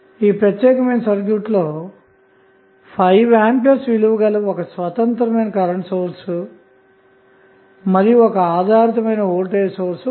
ఈ ప్రత్యేకమైన సర్క్యూట్ లో 5A విలువ గల ఒక స్వతంత్ర కరెంటు సోర్స్ మరియు ఒక ఆధారితమైన వోల్టేజ్ సోర్స్ కలవు